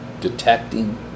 detecting